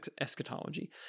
eschatology